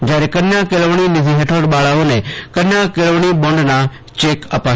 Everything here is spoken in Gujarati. જયારૈ કન્યા કેળવણી નિધી હેઠળ બાળાઓને કન્યા કેળવણી બોન્ડના ચેક અપાશે